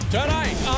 Tonight